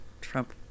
Trump